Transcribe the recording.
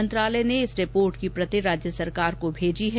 मंत्रालय ने इस रिपोर्ट की प्रति राज्य सरकार को भेजी है